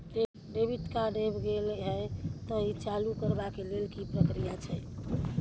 Debit card ऐब गेल हैं त ई चालू करबा के लेल की प्रक्रिया छै?